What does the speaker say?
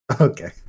Okay